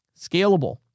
scalable